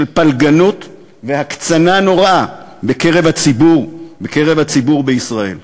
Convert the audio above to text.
של פלגנות והקצנה נוראה בקרב הציבור בישראל.